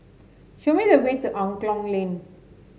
show me the way to Angklong Lane